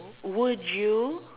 would you